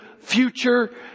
future